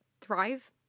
thrive